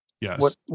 Yes